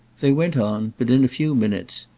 they went on, but in a few minutes,